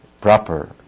proper